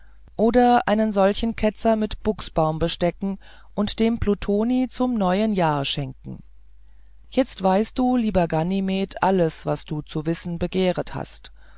oder einen solchen ketzer mit buchsbaum bestecken und dem plutoni zum neuen jahr schenken jetzt weißt du lieber ganymede alles was du zu wissen begehret hast